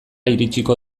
iritsiko